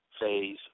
phase